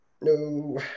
No